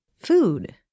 food